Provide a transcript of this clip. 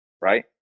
Right